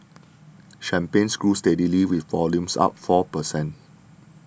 champagnes grew steadily with volumes up four per cent